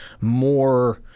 more